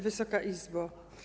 Wysoka Izbo!